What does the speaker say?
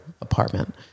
apartment